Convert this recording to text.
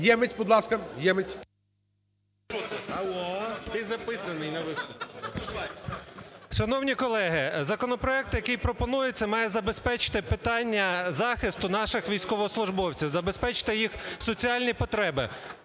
Ємець, будь ласка. 11:10:28 ЄМЕЦЬ Л.О. Шановні колеги, законопроект, який пропонується, має забезпечити питання захисту наших військовослужбовців, забезпечити їх соціальні потреби.